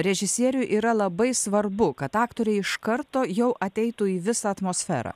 režisieriui yra labai svarbu kad aktoriai iš karto jau ateitų į visą atmosferą